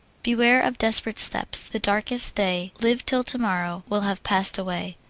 beware of desperate steps! the darkest day, live till tomorrow, will have passed away.